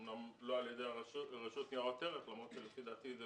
אומנם לא על ידי רשות ניירות ערך למרות שלפי דעתי זה